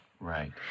Right